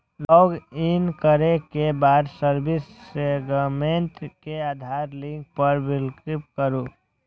login करै के बाद सर्विस सेगमेंट मे आधार लिंक पर क्लिक करू